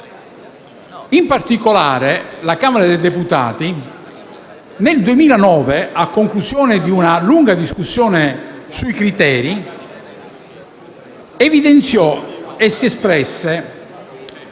In particolare, la Camera dei deputati, nel 2009, a conclusione di una lunga discussione sui criteri, evidenziò e si espresse